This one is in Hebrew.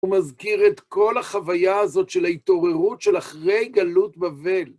הוא מזכיר את כל החוויה הזאת של ההתעוררות של אחרי גלות בבל.